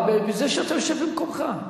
אבל כשאתה יושב במקומך.